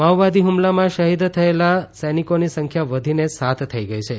માઓવાદી હ્મલામાં શહીદ થયેલા સૈનિકોની સંખ્યા વધીને સાત થઈ ગઈ છે